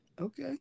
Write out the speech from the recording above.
Okay